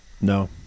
No